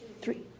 three